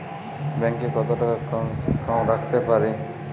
Bank এ কত টাকা কম সে কম রাখতে পারি?